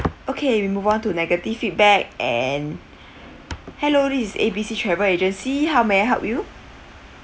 okay move on to negative feedback and hello this is A B C travel agency how may I help you